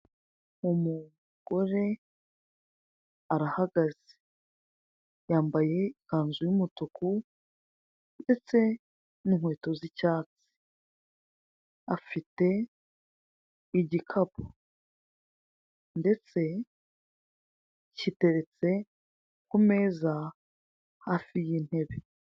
Umugore arahagaze yambaye ikanzu y'umutuku ndetse n'inkweto z'icyatsi afite igikapu ndetse giteretse ku meza hafi y'intebe.